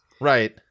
Right